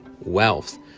wealth